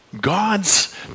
God's